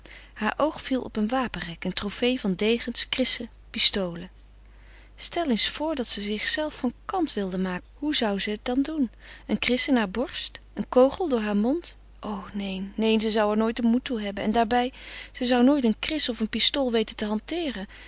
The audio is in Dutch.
haar oog viel op een wapenrek een trofee van degens krissen pistolen stel eens voor dat ze zichzelve van kant wilde maken hoe zou ze het dan doen een kris in haar borst een kogel door haar mond o neen neen ze zou er nooit den moed toe hebben en daarbij ze zou nooit een kris of een pistool weten te hanteeren